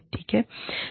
ठीक है